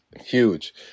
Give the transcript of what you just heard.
huge